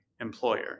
employer